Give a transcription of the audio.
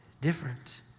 different